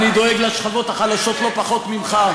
אני דואג לשכבות החלשות לא פחות ממך.